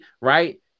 right